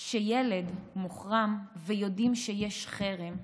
שילד מוחרם ויודעים שיש חרם.